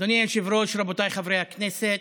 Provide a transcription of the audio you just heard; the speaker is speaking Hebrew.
אדוני היושב-ראש, רבותיי חברי הכנסת,